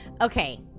okay